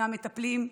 מהמטפלים,